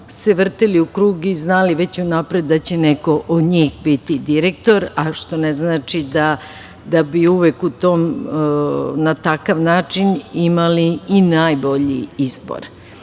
se vrteli u krug i znali već unapred da će neko od njih biti direktor, a što ne znači da bi uvek na taj način imali i najbolji izbor,